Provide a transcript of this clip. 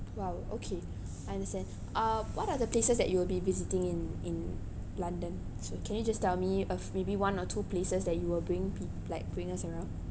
!wow! okay I understand uh what are the places that we will be visiting in in london so can you just tell me uh maybe one or two places that you will bring peo~ like bring us around